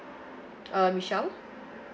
uh michelle